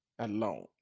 alone